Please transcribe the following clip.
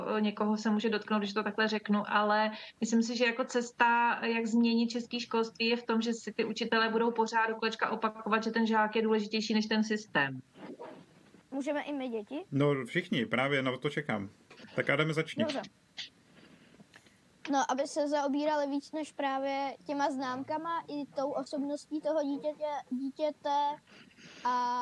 někoho se může dotknout, když to takhle řeknu, ale myslím si, že jako cesta, jak změnit český školství, je v tom, že si ty učitele budou pořád do kolečka opakovat, že ten žák je důležitější než ten systém. Můžeme i my děti? No, všichni, právě na to čekám. Tak Adame, začni. Dobře. No, aby se zaobírali víc než právě těma známkama i tou osobností toho dítětě- dítěte a